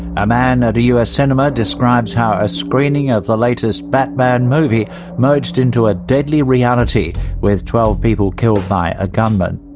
a man at a us cinema describes how a screening of the latest batman movie merged into a deadly reality with twelve people killed by a gunman.